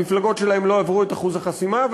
המפלגות שלהם לא עברו את אחוז החסימה,